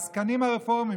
העסקנים הרפורמים,